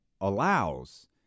allows